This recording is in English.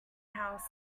house